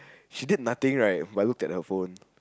she did nothing right but looked at her phone